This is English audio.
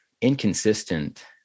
inconsistent